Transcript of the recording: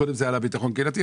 קודם זה היה על ביטחון קהילתי,